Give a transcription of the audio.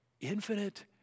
infinite